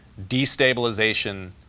destabilization